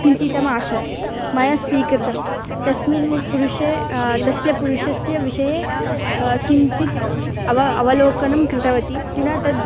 चिन्तितम् आसीत् मया स्वीकृतं तस्मिन् पुरुषे तस्य पुरुषस्य विषये किञ्चित् एव अवलोकनं कृतवती पुनः तद्